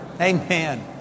Amen